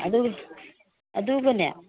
ꯑꯗꯨ ꯑꯗꯨꯒꯅꯦ